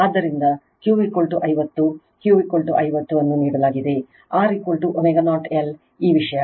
ಆದ್ದರಿಂದ Q 50 Q 50 ಅನ್ನು ನೀಡಲಾಗಿದೆ R ω0 L ಈ ವಿಷಯ